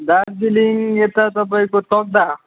दार्जिलिङ यता तपाईँको तकदा